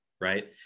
right